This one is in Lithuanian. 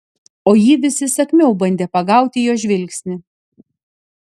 o ji vis įsakmiau bandė pagauti jo žvilgsnį